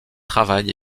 travail